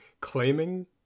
claiming